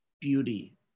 beauty